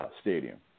Stadium